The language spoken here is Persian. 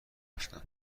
رفتن